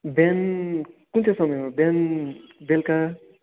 बिहान कुन चाहिँ समयमा बिहान बेलुका